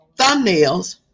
thumbnails